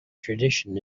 tradition